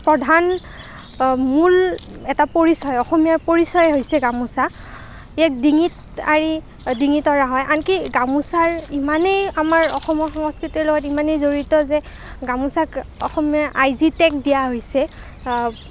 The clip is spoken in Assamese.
প্ৰধান মূল এটা পৰিচয় অসমীয়াৰ পৰিচয়েই হৈছে গামোচা ইয়াক ডিঙিত আঁৰি ডিঙিত অঁৰা হয় আনকি গামোচাৰ ইমানেই আমাৰ অসমৰ সংস্কৃতিৰ লগত ইমানেই জড়িত যে গামোচাক অসমীয়াৰ আই জি টেগ দিয়া হৈছে